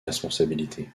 responsabilité